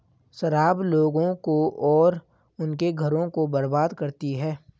शराब लोगों को और उनके घरों को बर्बाद करती है